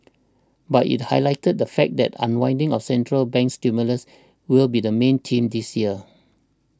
but it highlighted the fact that unwinding of central bank stimulus will be the main theme this year